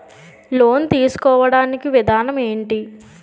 Loan తీసుకోడానికి విధానం ఏంటి?